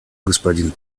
господин